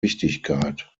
wichtigkeit